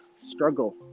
Struggle